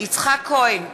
יצחק כהן,